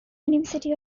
university